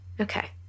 Okay